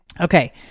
okay